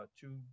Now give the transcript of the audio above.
two